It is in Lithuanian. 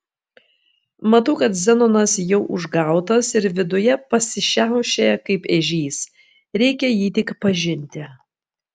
matau kad zenonas jau užgautas ir viduje pasišiaušė kaip ežys reikia jį tik pažinti